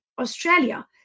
Australia